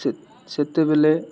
ସେ ସେତେବେଲେ